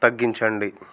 తగ్గించండి